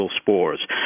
spores